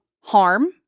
harm